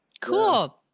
Cool